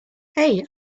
hey